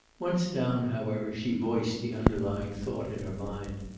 once down, however, she voiced the under lying thought in her mind.